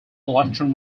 electron